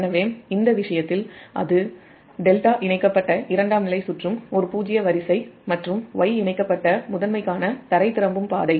எனவே இந்த விஷயத்தில் அது ∆ இணைக்கப்பட்ட இரண்டாம் நிலை சுற்றும் ஒரு பூஜ்ஜிய வரிசை மற்றும் Y இணைக்கப்பட்ட முதன்மைக்கான க்ரவுன்ட் செய்யப்பட்ட திரும்பும் பாதை